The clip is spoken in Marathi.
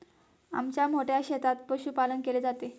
आमच्या मोठ्या शेतात पशुपालन केले जाते